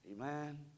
amen